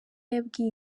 yabwiye